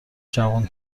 جوون